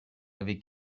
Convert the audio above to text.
avez